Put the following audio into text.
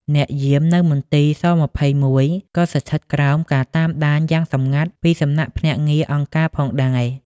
អ្នកយាមនៅមន្ទីរស-២១ ក៏ស្ថិតក្រោមការតាមដានយ៉ាងសម្ងាត់ពីសំណាក់ភ្នាក់ងារអង្គការផងដែរ។